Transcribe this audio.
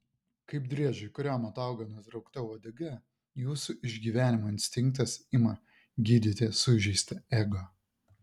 kaip driežui kuriam atauga nutraukta uodega jūsų išgyvenimo instinktas ima gydyti sužeistą ego